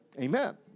Amen